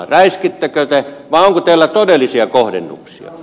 räiskittekö te vai onko teillä todellisia kohdennuksia